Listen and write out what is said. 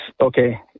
okay